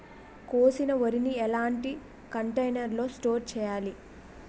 కోసిన వరిని ఎలాంటి కంటైనర్ లో స్టోర్ చెయ్యాలి?